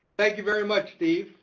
thank you very much, steve.